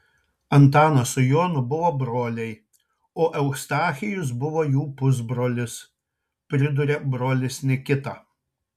antanas su jonu buvo broliai o eustachijus buvo jų pusbrolis priduria brolis nikita